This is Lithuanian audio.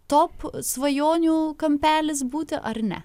top svajonių kampelis būti ar ne